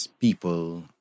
people